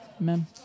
Amen